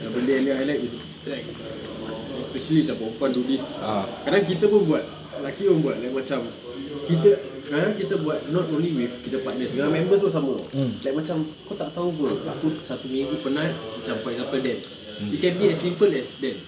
yang benda yang dia highlight is like especially macam perempuan do this padahal kita pun buat laki pun buat like macam kita padahal kita buat not only with kita partners dengan members pun sama [tau] like macam kau tak tahu [pe] aku satu minggu penat macam for example dan it can be as simple as dan